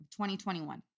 2021